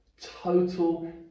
Total